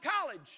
college